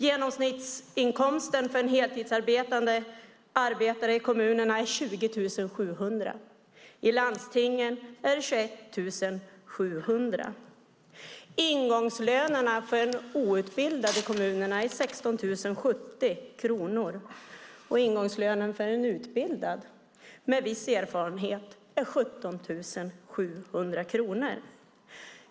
Genomsnittsinkomsten för en heltidsarbetande arbetare i kommunerna är 20 700 kronor, i landstingen 21 700 kronor. Ingångslönen för en outbildad i kommunerna är 16 070 kronor och för en utbildad med viss erfarenhet 17 700 kronor.